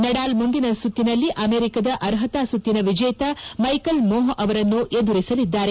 Nadal ಮುಂದಿನ ಸುತ್ತಿನಲ್ಲಿ ಅಮೆರಿಕದ ಅರ್ಹತಾ ಸುತ್ತಿನ ವಿಜೇತ ಮೈಕಲ್ ಮೊಹ್ ಅವರನ್ನು ಎದುರಿಸಲಿದ್ದಾರೆ